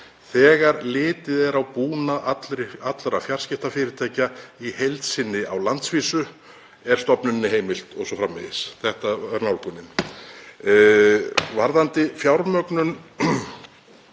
„þegar litið er á búnað allra fjarskiptafyrirtækja í heild sinni á landsvísu“ er stofnuninni heimilt o.s.frv. Þetta er nálgunin. Varðandi fjármögnun